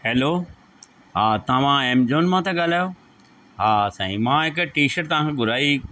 hello हा तव्हां Amazon मां था ॻाल्हायो हा साईं मां हिक टीशट तव्हां खां घुराई